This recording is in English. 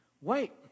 wait